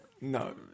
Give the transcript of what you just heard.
No